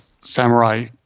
samurai